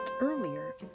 earlier